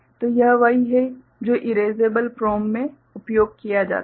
तो यह वही है जो इरेसेबल PROM में उपयोग किया जाता है